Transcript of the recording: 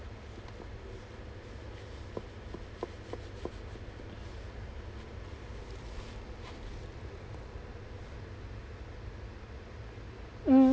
mm